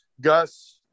Gus